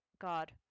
God